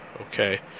Okay